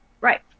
Right